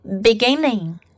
beginning